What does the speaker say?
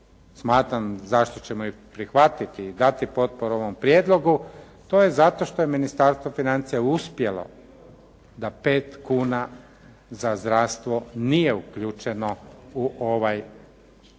smatram zašto ćemo i prihvatiti i dati potporu ovom prijedlogu to je zato što je Ministarstvo financija uspjelo da pet kuna za zdravstvo nije uključeno u ovaj trenutni